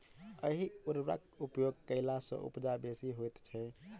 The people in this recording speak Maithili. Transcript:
एहि उर्वरकक उपयोग कयला सॅ उपजा बेसी होइत छै